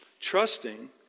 trusting